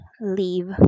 leave